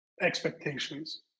expectations